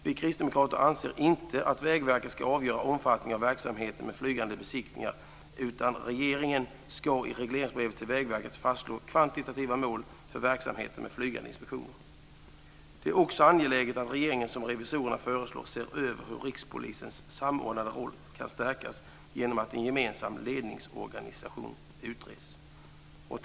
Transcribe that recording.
Vi kristdemokrater anser inte att Vägverket ska avgöra omfattningen av verksamheten med flygande besiktningar utan att regeringen i regleringsbrevet till Vägverket ska fastslå kvantitativa mål för verksamheten med flygande inspektioner. Det är också angeläget att regeringen, som revisorerna föreslår, ser över hur Rikspolisstyrelsens samordnande roll kan stärkas genom att en gemensam ledningsorganisation utreds. Herr talman!